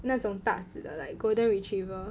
那种大只的 like golden retriever